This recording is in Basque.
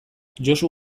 josu